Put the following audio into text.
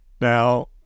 now